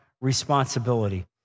responsibility